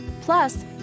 Plus